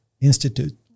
institute